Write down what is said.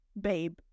babe